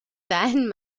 dahin